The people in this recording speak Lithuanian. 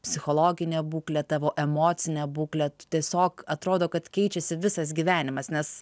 psichologinę būklę tavo emocinę būklę tu tiesiog atrodo kad keičiasi visas gyvenimas nes